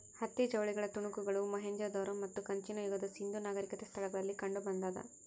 ಹತ್ತಿ ಜವಳಿಗಳ ತುಣುಕುಗಳು ಮೊಹೆಂಜೊದಾರೋ ಮತ್ತು ಕಂಚಿನ ಯುಗದ ಸಿಂಧೂ ನಾಗರಿಕತೆ ಸ್ಥಳಗಳಲ್ಲಿ ಕಂಡುಬಂದಾದ